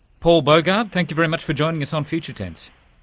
paul bogard, thank you very much for joining us on future tense.